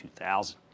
2000